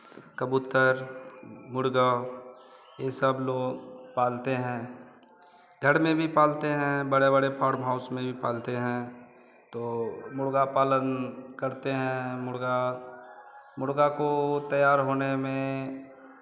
कबूतर मुर्गा ये सब लोग पालते हैं घर में भी पालते हैं बड़े बड़े फार्म हाउस में भी पालते हैं तो मुर्गा पालन करते हैं मुर्गा मुर्गा को तैयार होने में